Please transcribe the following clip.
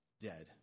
Dead